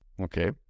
Okay